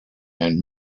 and